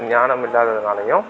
ஞானம் இல்லாததுனாலையும்